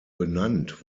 benannt